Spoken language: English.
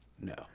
No